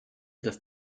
das